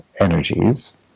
energies